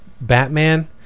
Batman